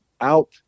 out